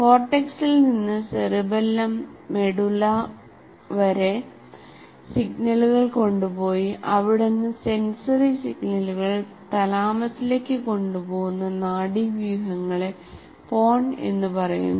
കോർട്ടെക്സിൽ നിന്ന് cerebellum medulla വരെ സിഗ്നലുകൾ കൊണ്ടുപോയി അവിടുന്ന് സെൻസറി സിഗ്നലുകൾ തലാമസിലേക്ക് കൊണ്ടുപോകുന്ന നാഡീവ്യൂഹങ്ങളെ പോൺ എന്ന് പറയുന്നു